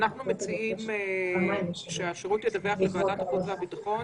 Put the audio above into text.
אנחנו מציעים שהשירות ידווח לוועדת החוק והביטחון.